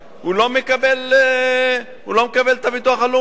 הוא לא מקבל מהביטוח הלאומי.